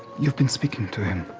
you've been speaking to him.